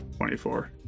24